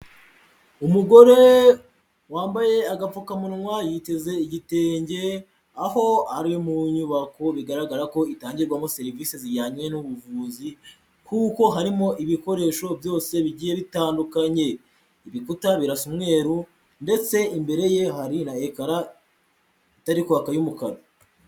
Umugore wambaye agapfukamunwa yiteze igitenge aho ari mu nyubako bigaragara ko itangirwamo serivisi zijyanye n'ubuvuzi kuko harimo ibikoresho byose bigiye bitandukanye, ibikuta birasa umweru ndetse imbere ye hari na ekara itari kwaka y'umukara.